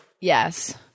Yes